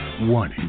one